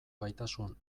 gaitasun